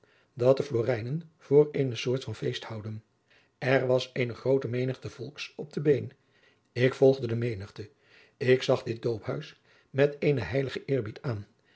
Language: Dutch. dat de florentijnen voor eene soort van feest houden er was eene groote menigte volks op de been ik volgde de menigte ik zag dit doophuis met eenen heiligen eerbied aan